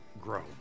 grow